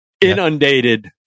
inundated